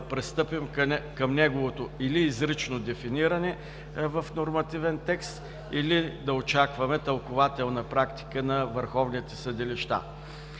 да пристъпим към неговото или изрично дефиниране в нормативен текст, или да очакваме тълкувателна практика на върховните съдилища.